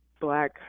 black